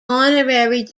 honorary